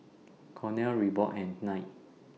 Cornell Reebok and Knight